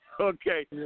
Okay